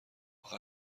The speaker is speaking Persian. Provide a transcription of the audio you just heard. آخه